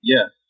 Yes